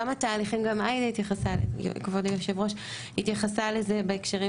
גם כבוד היושבת-ראש התייחסה לזה בהקשרים